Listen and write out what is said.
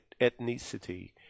ethnicity